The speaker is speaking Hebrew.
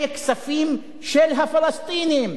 אלה כספים של הפלסטינים.